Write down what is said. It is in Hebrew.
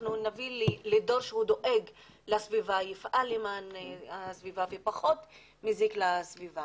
אנחנו נביא לדור שהוא דואג לסביבה ויפעל למען הסביבה ופחות יזיק לסביבה.